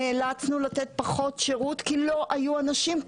נאלצנו לתת פחות שירות כי לא היו אנשים.